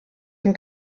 den